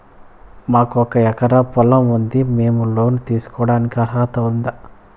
మాకు ఒక ఎకరా పొలం ఉంది మేము లోను తీసుకోడానికి అర్హత ఉందా